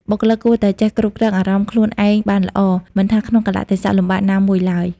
បុគ្គលិកគួរតែចេះគ្រប់គ្រងអារម្មណ៍ខ្លួនឯងបានល្អ មិនថាក្នុងកាលៈទេសៈលំបាកណាមួយឡើយ។